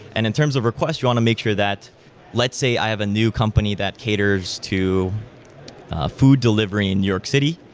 and in terms of request, you want to make sure that let's say i have a new company that caters to food delivery in new york city.